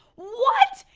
what!